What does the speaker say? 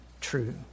true